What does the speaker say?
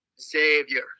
Xavier